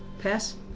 Pass